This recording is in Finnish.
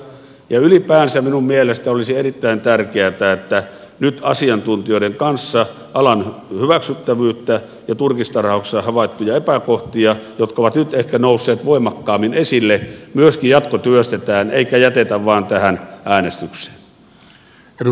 ylipäänsä minun mielestäni olisi erittäin tärkeätä että nyt asiantuntijoiden kanssa alan hyväksyttävyyttä ja turkistarhauksessa havaittuja epäkohtia jotka ovat nyt ehkä nousseet voimakkaammin esille jatkotyöstetään eikä jätetä vain tähän äänestykseen